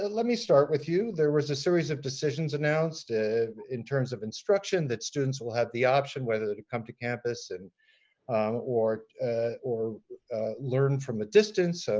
let me start with you. there was a series of decisions announced in terms of instruction that students will have the option whether to come to campus and or or learn from a distance, so